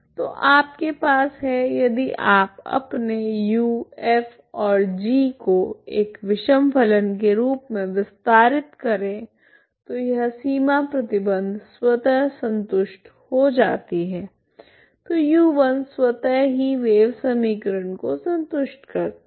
तो आपके पास है यदि आप अपने u f और g को एक विषम फलन के रूप में विस्तारित करे तो यह सीमा प्रतिबंध स्वतः संतुष्ट हो जाती है तो u1 स्वतः ही वेव समीकरण को संतुष्ट करता है